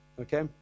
Okay